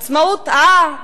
עצמאות, אה?